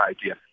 idea